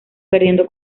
perdiendo